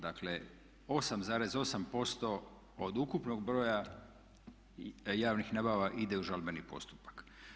Dakle 8,8% od ukupnog broja javnih nabava ide u žalbeni postupak.